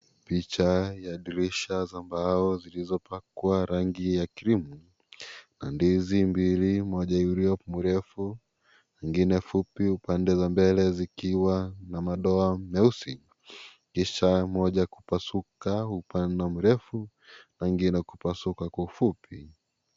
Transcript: Picha ya dirisha za mbao, zilizopakwa rangi ya krimu na ndizi mbili moja iliyo mrefu, ingine fupi, upande za mbele zikiwa na madoa meusi, kisha moja kupasuka upande mrefu na ingine kupasuka kwa ufupi.